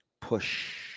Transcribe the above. push